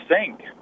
sink